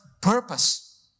purpose